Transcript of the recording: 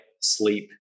sleep